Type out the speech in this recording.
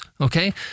Okay